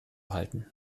halten